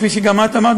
כפי שגם את אמרת,